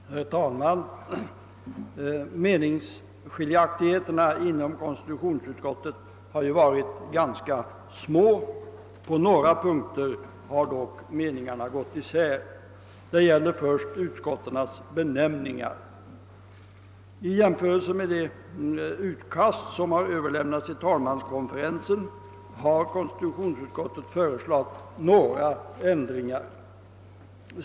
Herr talman! Meningsskiljaktigheterna inom konstitutionsutskottet har ju varit ganska små, men på några punkter har dock meningarna varit delade. Först och främst gäller det utskottens benämningar. Jämfört med det utkast som överlämnats till talmanskonferensen har konstitutionsutskottet föreslagit vissa ändringar.